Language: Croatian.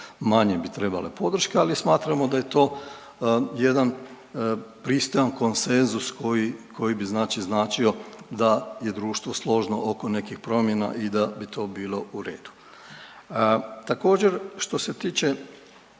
manje bi trebale podrške, ali smatramo da je to jedan pristojan konsenzus koji bi značio da je društvo složno oko nekih promjena i da bi to bilo u redu. Također što se tiče